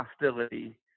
hostility